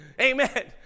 amen